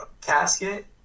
Casket